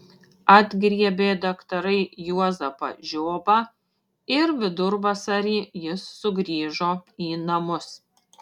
atgriebė daktarai juozapą žiobą ir vidurvasarį jis sugrįžo į namus